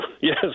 Yes